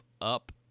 up